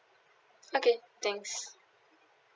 okay thanks